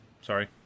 sorry